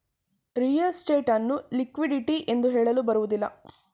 real estate ಅನ್ನು ಲಿಕ್ವಿಡಿಟಿ ಎಂದು ಹೇಳಲು ಬರುವುದಿಲ್ಲ